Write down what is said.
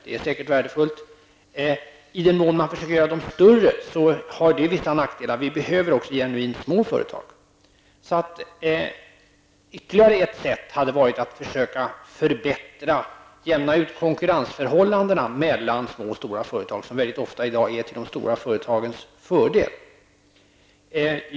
Det är säkert värdefullt. I den mån man försöker göra dem större finns det vissa nackdelar. Vi behöver också genuint små företag. Ytterligare ett sätt hade varit att försöka jämna ut konkurrensförhållandena mellan små och stora företag som i dag ofta är till de stora företagens fördel.